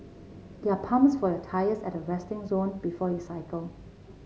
there are pumps for your tyres at the resting zone before you cycle